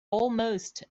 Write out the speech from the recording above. almost